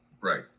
right